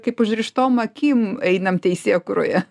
kaip užrištom akim einam teisėkūroje